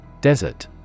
Desert